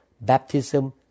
baptism